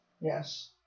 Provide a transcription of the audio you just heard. Yes